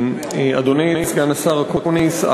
אדוני סגן השר אקוניס,